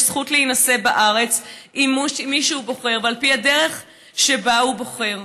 זכות להינשא בארץ עם מי שהוא בוחר ועל פי הדרך שבה הוא בוחר.